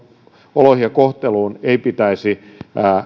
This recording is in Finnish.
oloihin ja kohteluun ei pitäisi